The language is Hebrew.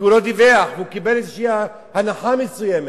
כי הוא לא דיווח, הוא קיבל הנחה מסוימת.